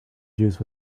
juice